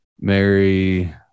Mary